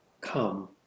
come